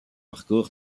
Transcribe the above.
parcours